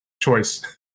choice